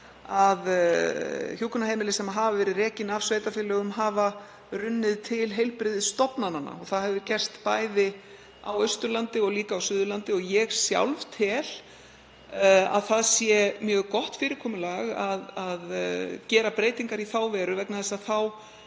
að hjúkrunarheimili sem rekin hafa verið af sveitarfélögum hafa runnið til heilbrigðisstofnananna. Það hefur gerst bæði á Austurlandi og á Suðurlandi. Ég tel sjálf að það sé mjög gott fyrirkomulag að gera breytingar í þá veru vegna þess að þá